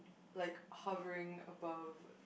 like hovering above